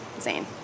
Zane